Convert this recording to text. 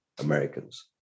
Americans